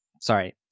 Sorry